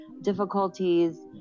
difficulties